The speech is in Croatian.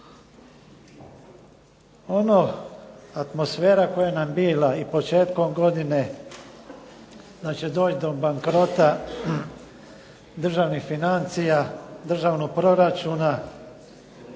Atmosfera koja nam je bila i početkom godine, znači doći do bankrota državnih financija, državnog proračuna